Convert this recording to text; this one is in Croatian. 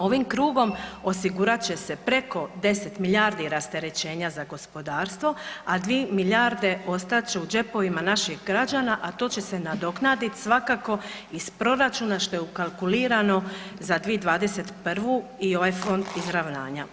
Ovim krugom osigurat će se preko 10 milijardi rasterećenja za gospodarstvo, a 2 milijarde ostat će u džepovima naših građana, a to će se nadoknadit svakako iz proračuna što je ukalkulirano za 2021. i ovaj Fond izravnanja.